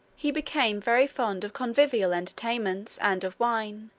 he became very fond of convivial entertainments and of wine,